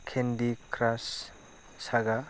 candy Crush Saga